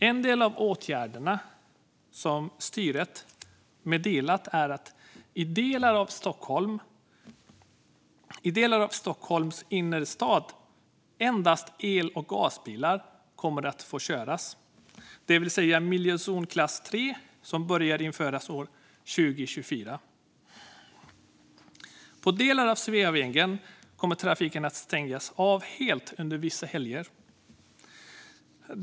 En del av åtgärderna som styret har meddelat är att i delar av Stockholms innerstad kommer endast el och gasbilar att få köras, det vill säga i miljözonklass 3 som införs år 2024. På delar av Sveavägen kommer trafiken att stängas av helt under vissa helger.